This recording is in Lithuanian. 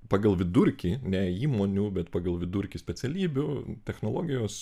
pagal vidurkį ne įmonių bet pagal vidurkį specialybių technologijos